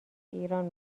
ایران